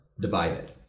divided